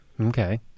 Okay